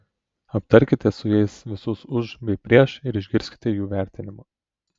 aptarkite su jais visus už bei prieš ir išgirskite jų vertinimą